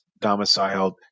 domiciled